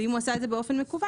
ואם הוא עשה את זה באופן מקוון,